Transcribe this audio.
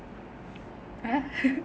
ah